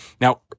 Now